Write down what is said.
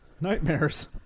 Nightmares